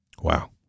Wow